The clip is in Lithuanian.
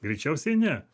greičiausiai ne